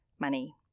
money